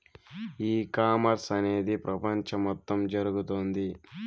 ఈ కామర్స్ అనేది ప్రపంచం మొత్తం జరుగుతోంది